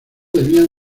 debían